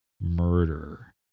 murder